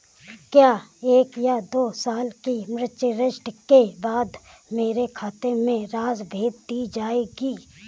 क्या एक या दो साल की मैच्योरिटी के बाद मेरे खाते में राशि भेज दी जाएगी?